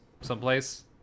someplace